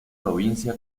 provincia